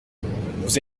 vous